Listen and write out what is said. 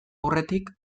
aurretik